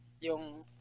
yung